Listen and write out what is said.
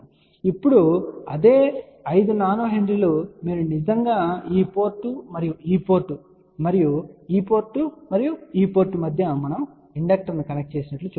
ఇది ఇప్పుడు అదే 5 nH మీరు నిజంగా ఈ పోర్ట్ మరియు ఈ పోర్ట్ మరియు ఈ పోర్ట్ మరియు ఈ పోర్ట్ మధ్య మనము ఇండక్టర్ను కనెక్ట్ చేసినట్లు చూడవచ్చు